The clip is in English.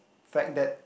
fact that